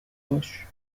باش